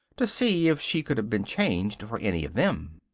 to see if she could have been changed for any of them.